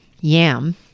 yam